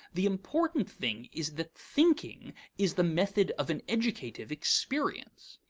the important thing is that thinking is the method of an educative experience.